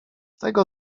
tego